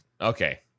Okay